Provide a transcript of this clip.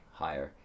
higher